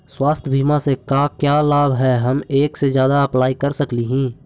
स्वास्थ्य बीमा से का क्या लाभ है हम एक से जादा अप्लाई कर सकली ही?